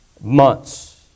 months